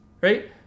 right